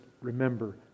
remember